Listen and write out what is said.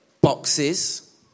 boxes